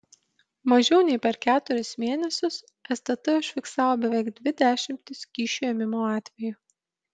mažiau nei per keturis mėnesius stt užfiksavo beveik dvi dešimtis kyšių ėmimo atvejų